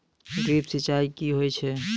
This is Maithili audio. ड्रिप सिंचाई कि होय छै?